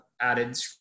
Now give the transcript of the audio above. added